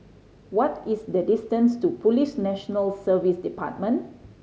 what is the distance to Police National Service Department